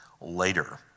later